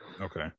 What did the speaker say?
Okay